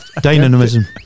Dynamism